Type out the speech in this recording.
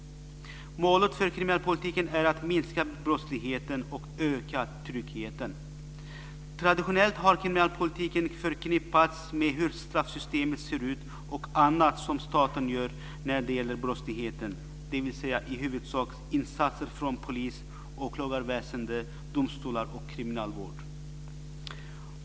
Målet för kriminalpolitiken är att minska brottsligheten och öka tryggheten. Traditionellt har kriminalpolitiken förknippats med hur straffsystemet ser ut och annat som staten gör när det gäller brottsligheten, dvs. i huvudsak insatser från polis, åklagarväsende, domstolar och kriminalvård.